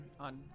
on